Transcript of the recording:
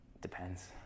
Depends